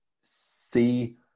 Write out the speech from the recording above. see